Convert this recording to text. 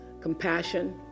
compassion